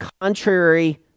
contrary